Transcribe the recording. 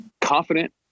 confident